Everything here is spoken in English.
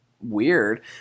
weird